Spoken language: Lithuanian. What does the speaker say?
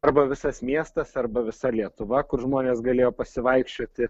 arba visas miestas arba visa lietuva kur žmonės galėjo pasivaikščioti